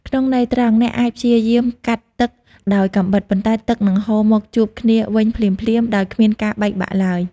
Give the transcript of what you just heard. ក្នុងន័យត្រង់ អ្នកអាចព្យាយាមកាត់ទឹកដោយកាំបិត ប៉ុន្តែទឹកនឹងហូរមកជួបគ្នាវិញភ្លាមៗដោយគ្មានការបែកបាក់ឡើយ។